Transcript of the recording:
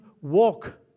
walk